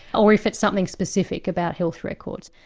or if it's something specific about health records.